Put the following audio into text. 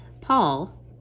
Paul